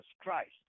Christ